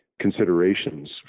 considerations